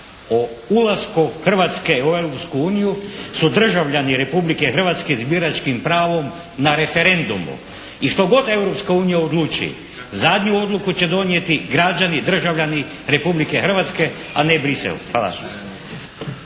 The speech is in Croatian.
o ulasku Hrvatske u Europsku uniju su državljani Republike Hrvatske s biračkim pravom na referendumu. I što god Europska unija odluči zadnju odluku će donijeti građani, državljani Republike Hrvatske a ne Bruxelles.